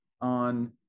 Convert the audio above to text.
on